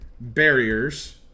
barriers